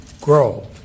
grow